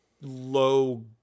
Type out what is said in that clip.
low